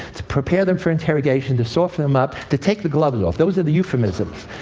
to prepare them for interrogation, to soften them up, to take the gloves off. those are the euphemisms,